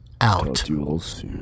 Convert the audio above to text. out